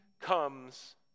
comes